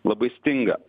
labai stinga